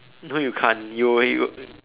no you can't you will you'll